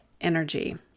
energy